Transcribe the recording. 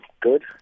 good